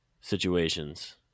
situations